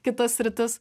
kita sritis